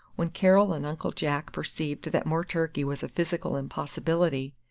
when carol and uncle jack perceived that more turkey was a physical impossibility,